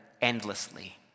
endlessly